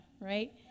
right